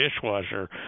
dishwasher